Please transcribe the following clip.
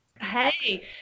Hey